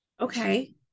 okay